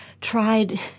tried